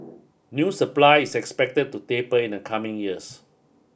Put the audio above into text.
new supply is expected to taper in the coming years